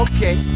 Okay